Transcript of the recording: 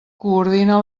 coordina